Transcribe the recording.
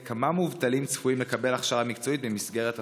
3. כמה מובטלים צפויים לקבל הכשרה מקצועית במסגרת התוכנית?